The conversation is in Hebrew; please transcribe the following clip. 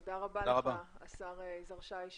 תודה רבה לך השר יזהר שי,